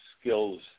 skills